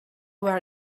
where